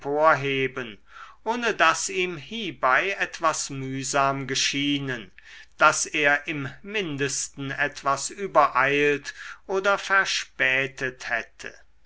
emporheben ohne daß ihm hiebei etwas mühsam geschienen daß er im mindesten etwas übereilt oder verspätet hätte